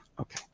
Okay